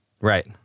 Right